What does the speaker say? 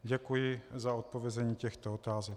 Děkuji za odpovězení těchto otázek.